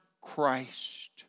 Christ